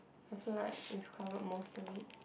I feel like we've covered most of it